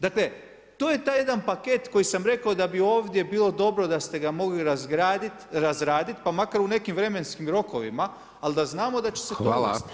Dakle, to je taj jedan paket koji sam rekao da bi ovdje bilo dobro da ste ga mogli razraditi, pa makar u nekim vremenskim rokovima, ali da znamo da će se to provest.